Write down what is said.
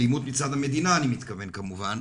אלימות מצד המדינה אני מתכוון כמובן,